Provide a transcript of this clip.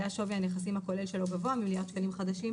היה היקף נכסי קופות הגמל שבניהולה גבוה מעשרה מיליארד שקלים חדשים